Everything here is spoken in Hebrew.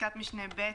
בפסקת משנה (2)(ב)